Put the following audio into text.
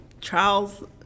trials